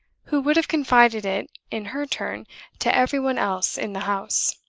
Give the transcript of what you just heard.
who would have confided it in her turn to every one else in the house.